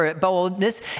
boldness